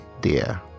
dear